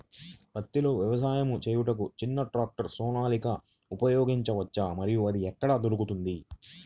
పత్తిలో వ్యవసాయము చేయుటకు చిన్న ట్రాక్టర్ సోనాలిక ఉపయోగించవచ్చా మరియు అది ఎక్కడ దొరుకుతుంది?